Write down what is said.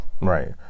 right